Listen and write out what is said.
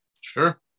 Sure